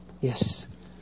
Yes